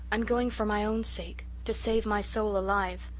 i'm going for my own sake to save my soul alive.